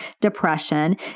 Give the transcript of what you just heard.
depression